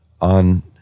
on